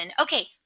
Okay